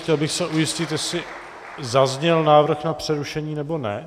Chtěl bych se ujistit, jestli zazněl návrh na přerušení, nebo ne.